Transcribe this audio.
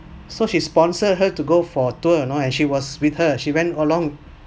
so she sponsor her to go for tour you know and she was with her she went along